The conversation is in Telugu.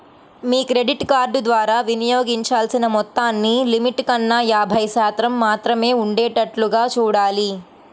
మీ క్రెడిట్ కార్డు ద్వారా వినియోగించాల్సిన మొత్తాన్ని లిమిట్ కన్నా యాభై శాతం మాత్రమే ఉండేటట్లుగా చూడాలి